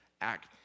act